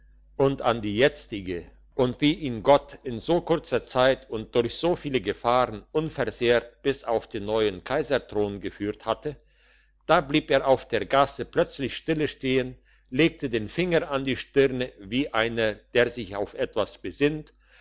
und an die jetzige und wie ihn gott in so kurzer zeit und durch so viele gefahren unversehrt bis auf den neuen kaiserthron geführt hatte da blieb er auf der gasse plötzlich stille stehen legte den finger an die stirne wie einer der sich auf etwas besinnt